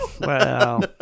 Wow